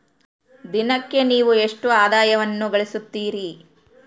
ದಿನಕ್ಕೆ ನೇವು ಎಷ್ಟು ಆದಾಯವನ್ನು ಗಳಿಸುತ್ತೇರಿ?